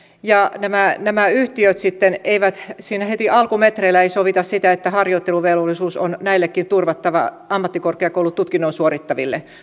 niin nämä yhtiöt sitten eivät siinä heti alkumetreillä sovi sitä että harjoitteluvelvollisuus on turvattava ammattikorkeakoulututkinnon suorittaville